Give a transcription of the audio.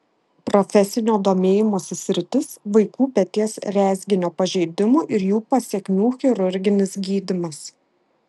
profesinio domėjimosi sritis vaikų peties rezginio pažeidimų ir jų pasekmių chirurginis gydymas